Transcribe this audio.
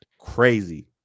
crazy